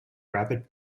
rapid